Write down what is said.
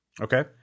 Okay